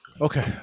Okay